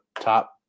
top